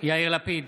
יאיר לפיד,